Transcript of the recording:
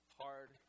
hard